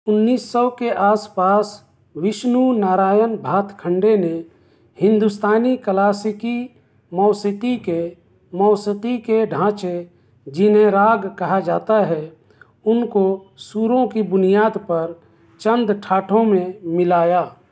انّیس سو کے آس پاس وشنو نارائن بھاتکھنڈے نے ہندوستانی کلاسیکی موسیقی کے موسیقی کے ڈھانچے جنہیں راگ کہا جاتا ہے ان کو سروں کی بنیاد پر چند ٹھاٹھوں میں ملایا